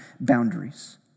boundaries